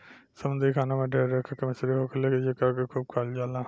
समुंद्री खाना में ढेर लेखा के मछली होखेले जेकरा के खूब खाइल जाला